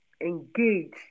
engage